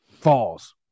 falls